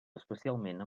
especialment